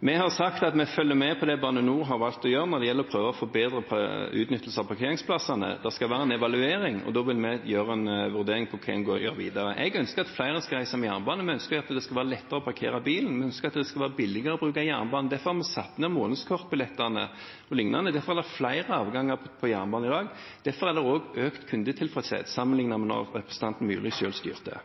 Vi har sagt at vi følger med på det Bane NOR har valgt å gjøre når det gjelder å prøve å få en bedre utnyttelse av parkeringsplassene. Det skal være en evaluering, og da vil vi gjøre en vurdering om hva en bør gjøre videre. Vi ønsker at flere skal reise med jernbane, vi ønsker at det skal være lettere å parkere bilen, men vi ønsker at det skal være billigere å bruke jernbanen. Derfor har vi satt ned prisen på månedskortbillettene o.l., derfor er det flere avganger på jernbanen i dag, og derfor er det også økt kundetilfredshet sammenlignet med da partiet til representanten Myrli styrte.